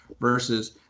versus